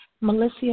Melissa